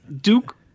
duke